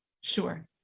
Sure